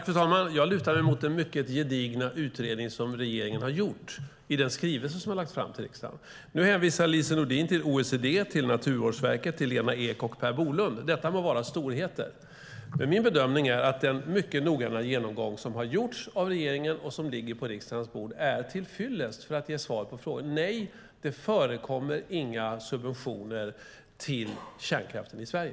Fru talman! Jag lutar mig mot regeringens mycket gedigna utredning i den skrivelse som lagts fram för riksdagen. Nu hänvisar Lise Nordin till OECD, Naturvårdsverket, Lena Ek och Per Bolund. Det må vara storheter, men min bedömning är att den mycket noggranna genomgång som gjorts av regeringen och som ligger på riksdagens bord är till fyllest när det gäller att ge svar på frågan. Nej, det förekommer inga subventioner till kärnkraften i Sverige.